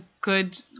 good